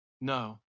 No